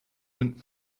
went